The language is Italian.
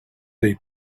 dei